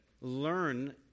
learn